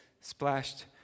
splashed